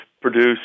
produce